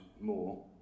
more